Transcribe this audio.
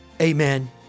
Amen